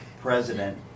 president